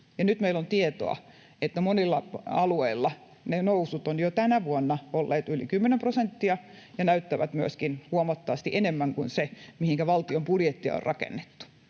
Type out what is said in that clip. nyt meillä on tietoa, että monilla alueilla ne nousut ovat jo tänä vuonna olleet yli 10 prosenttia ja näyttävät myöskin huomattavasti enemmän kuin se, mihinkä valtion budjetti on rakennettu.